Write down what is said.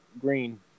Green